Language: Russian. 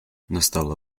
настало